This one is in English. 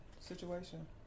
Situation